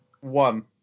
One